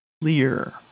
clear